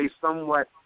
somewhat